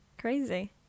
Crazy